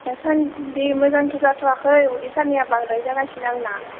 दासान्दि मोजांथ' जाथ'याखै उदै सानाया बांद्राय जागासिनो आंना